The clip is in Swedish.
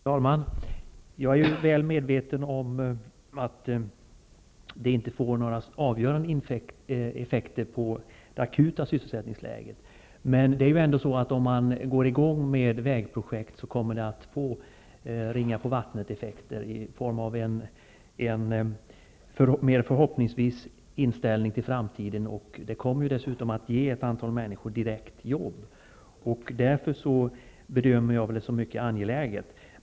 Fru talman! Jag är väl medveten om att det inte får några avgörande effekter på det akuta sysselsättningsläget, men om man sätter i gång vägprojekt kommer det att få ringar-på-vattneteffekter i form av en mer hoppfull inställning till framtiden. Det kommer dessutom att direkt ge ett antal människor jobb. Därför bedömer jag detta som mycket angeläget.